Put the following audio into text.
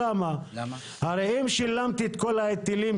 למים או לטלפון),